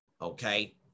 okay